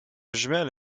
jumelle